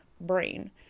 brain